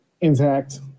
intact